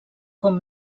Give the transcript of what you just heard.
com